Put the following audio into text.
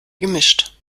gemischt